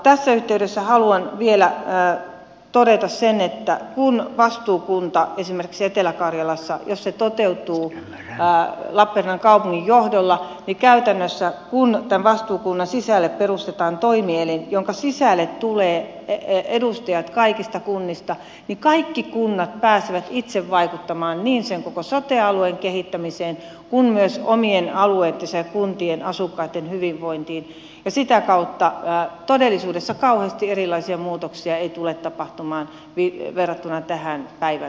tässä yhteydessä haluan vielä todeta sen että jos vastuukunta esimerkiksi etelä karjalassa toteutuu lappeenrannan kaupungin johdolla niin käytännössä kun tämän vastuukunnan sisälle perustetaan toimielin jonka sisälle tulee edustajat kaikista kunnista kaikki kunnat pääsevät itse vaikuttamaan niin sen koko sote alueen kehittämiseen kuin myös omien alueittensa ja kuntien asukkaitten hyvinvointiin ja sitä kautta todellisuudessa kauheasti erilaisia muutoksia ei tule tapahtumaan verrattuna tähän päivään